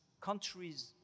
countries